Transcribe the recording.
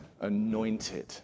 anointed